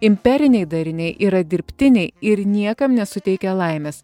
imperiniai dariniai yra dirbtiniai ir niekam nesuteikia laimės